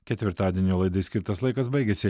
ketvirtadienio laidai skirtas laikas baigėsi